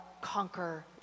conquer